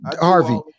harvey